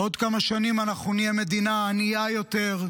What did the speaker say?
עוד כמה שנים אנחנו נהיה מדינה עניה יותר,